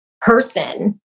person